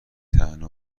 طعنه